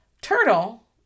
Turtle